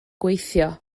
gweithio